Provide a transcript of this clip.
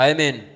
Amen